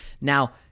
now